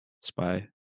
Spy